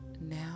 now